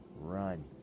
Run